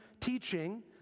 teaching